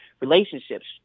relationships